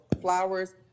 flowers